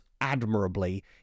admirably